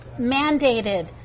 mandated